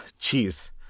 Jeez